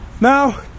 Now